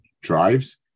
drives